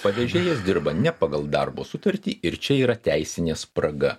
pavežėjas dirba ne pagal darbo sutartį ir čia yra teisinė spraga